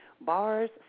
Bars